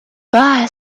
bye